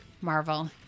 Marvel